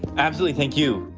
absolutely. thank you